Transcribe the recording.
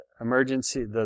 emergency